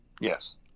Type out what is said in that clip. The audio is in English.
Yes